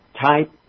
type